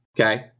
Okay